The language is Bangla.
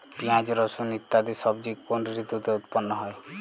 পিঁয়াজ রসুন ইত্যাদি সবজি কোন ঋতুতে উৎপন্ন হয়?